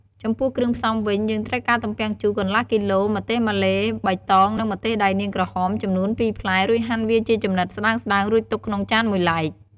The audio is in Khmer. ចំពោះគ្រឿងផ្សំវិញ យើងត្រូវការទំពាំងជូរ កន្លះគីឡូ ម្ទេសម៉ាឡេបៃតង និងម្ទេសដៃនាងក្រហម ចំនួនពីរផ្លែ រួចហាន់វាជាចំណិតស្ដើងៗ រួចទុកក្នុងចានមួយឡែក។